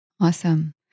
Awesome